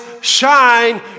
shine